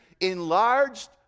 enlarged